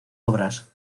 obras